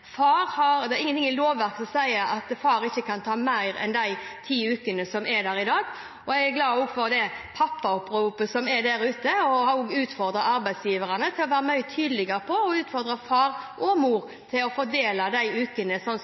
Det er ingenting i lovverket som sier at far ikke kan ta mer enn de ti ukene som er der i dag. Jeg er også glad for det pappaoppropet som er der ute, og har utfordret arbeidsgiverne til å være mye tydeligere på å utfordre far og mor til å fordele de ukene